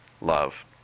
love